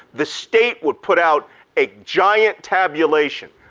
the state would put out a giant tabulation.